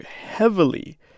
heavily